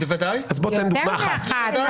אני יודע מתי אני שלחתי את זה.